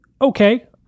okay